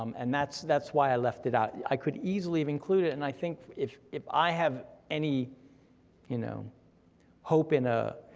um and that's that's why i left it out, i could easily have included it, and i think if if i have any you know hope in a,